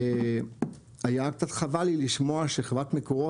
היה קצת חבל לי לשמוע שחברת מקורות,